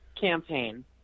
campaign